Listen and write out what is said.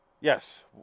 Yes